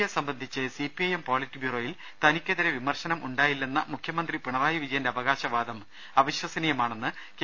A സംബന്ധിച്ച് CPIM പൊളിറ്റ്ബ്യൂറോയിൽ തനിക്കെതിരെ വിമർശനം ഉണ്ടായില്ലെന്ന മുഖ്യമന്ത്രി പിണറായി വിജയന്റെ അവകാശവാദം അവിശ്വസനീയമാണെന്ന് കെ